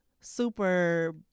super